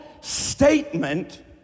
statement